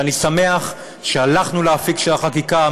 ואני שמח שהלכנו לאפיק של החקיקה.